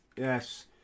yes